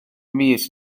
mis